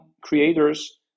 creators